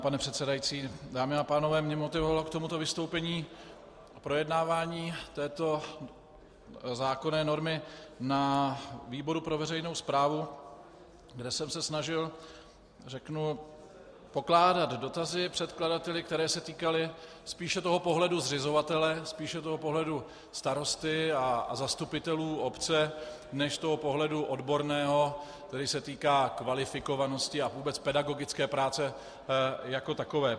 Pane předsedající, dámy a pánové, mě motivovalo k tomuto vystoupení projednávání této zákonné normy na výboru pro veřejnou správu, kde jsem se snažil, řeknu, pokládat dotazy předkladateli, které se týkaly spíše pohledu zřizovatele, spíše pohledu starosty a zastupitelů obce než toho pohledu odborného, který se týká kvalifikovanosti a vůbec pedagogické práce jako takové.